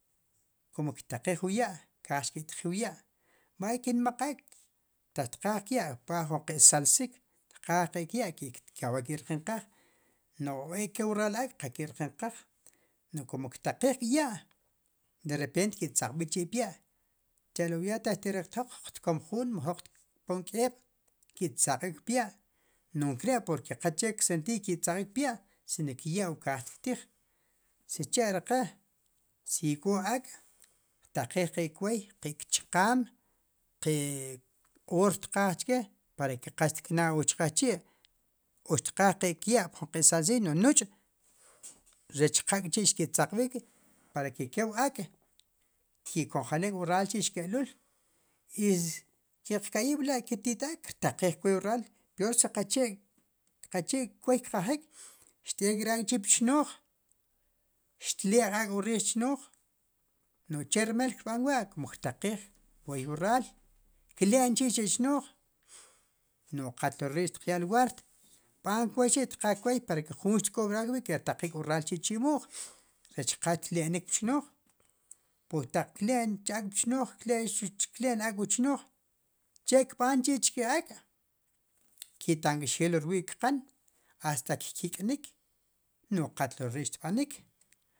Como ktaqij wu ya' kaaj xkitjiw ya' bay ki nmaq ak' taq tqaaj qya' tqaaj ju ki' salsik tqaaj ki' kya' kabal ki rqinqaj nuj ek' ke wu ral ak' qa ki rqinqaj nu'j kumo ktaqij k'ya' derepent ki tzaqb'ik chi pya' chelo taq te riqtjaq jroq tkam jun mu jroq tkam k'eeb' ki tzaqb'ik pya' nu nkare' porque qache ksentid kitzaqb'ik pya' sino ke ya' kaaj ktij xicha' ri qe si k'o ak' qtaqij ki' kwoy ki kchqaam ki q'oor xtqaaj chke para ke qa xtikna' wu chqijchi' o xtqaaj ki qya' pju salsin nu'j nuch' rech qa k'chi' xki tzaqb'ik para que ke wu ak' i konjeliil wu raal k'chi xke'luul i ke'q ka'yijb'la ke ti't ak' kirtaqij kwoy wu raal peor si qache qache kwoy kqajik xt'ek ri ak' k'chi pchnooj xtle'j ri ak' wu riij chnooj nu'j chermal kirb'an k'wa como kirtaqij rway wu raal kle'n chi xe' chnooj no qatlo ri' xtqya' lugar tb'an kwoy chi tqaaj kwoy para que jun xtk'ob' raal wi' kertaqij wu raal chi' chimu'j rech qa tle'nik pchnooj porque taq kle'n ak' pchnooj kle'n ak' wu chnooj che kb'ank'chi chi ak' ki' tank'xeel wu rwi' kqan hasta kkik'nik nu qa tlo ri' xtb'anik.